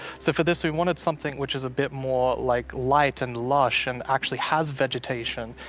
so for this, we wanted something which is a bit more like light and lush and actually has vegetation.